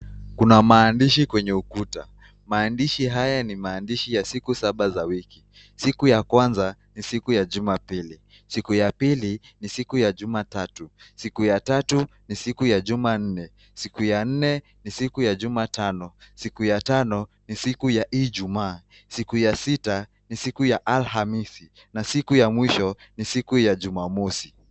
Kana maandishi kwenye ukuta maandishi haya ni za siku za wiki siku ya kwanza ni siku ya juma pili, ya pili ni siku ya juma tatu, ya tatu ni siku ya juma nne, siku ya nne ni siku ya juma tano, siku ya tano ni siku ya ijumaa, siku ya sita ni siku ya alhamisi siku ya mwisho ni siku ya jumamosi.